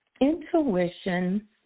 intuition